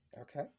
Okay